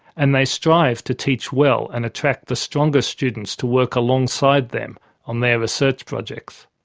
and they strive to teach well and attract the strongest students to work alongside them on their research projects.